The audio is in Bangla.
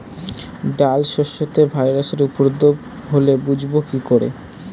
ডাল শস্যতে ভাইরাসের উপদ্রব হলে বুঝবো কি করে?